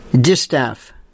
distaff